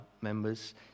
members